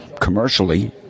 commercially